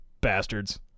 bastards